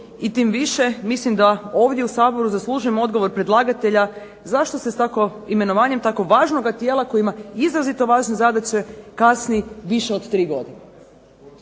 i tim više mislim da ovdje u Saboru zaslužujemo odgovor predlagatelja zašto se s tako imenovanjem tako važnoga tijela koje ima izrazito važne zadaće kasni više od tri godine?